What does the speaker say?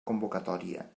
convocatòria